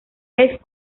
vez